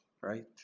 right